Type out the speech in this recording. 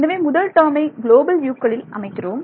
எனவே முதல் டேர்மை குளோபல் U க்களில் அமைக்கிறோம்